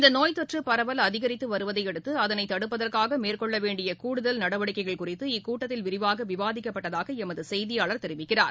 இந்த நோய்த்தொற்று பரவல் அதிகரித்து வருவதை அடுத்து அதனை தடுப்பதற்காக மேற்கொள்ள வேண்டிய கூடுதல் நடவடிக்கைகள் குறித்து இக்கூட்டத்தில் விரிவாக விவாதிக்கப்பட்டதாக எமது செய்தியாளர் தெரிவிக்கிறார்